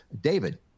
David